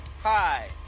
Hi